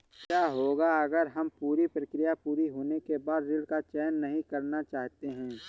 क्या होगा अगर हम पूरी प्रक्रिया पूरी होने के बाद ऋण का चयन नहीं करना चाहते हैं?